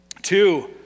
Two